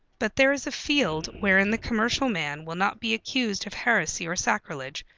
but there is a field wherein the commercial man will not be accused of heresy or sacrilege,